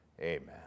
amen